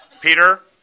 Peter